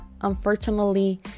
unfortunately